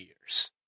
years